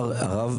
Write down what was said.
אמר הרב,